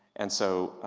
and so,